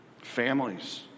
families